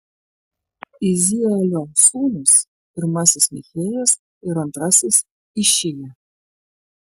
uzielio sūnūs pirmasis michėjas ir antrasis išija